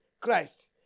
Christ